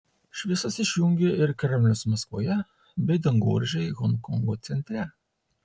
šviesas išjungė ir kremlius maskvoje bei dangoraižiai honkongo centre